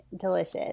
delicious